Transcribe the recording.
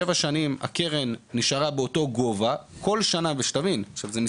שבע שנים הקרן נשארה באותו גובה, וכל שנה מספר